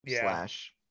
slash